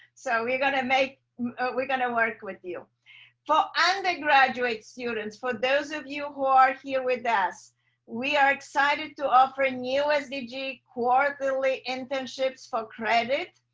so we're going to make we're going to work with you for undergraduate students for those of you who are here with us we are excited to offer new sdg quarterly internships for credit.